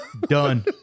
Done